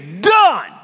done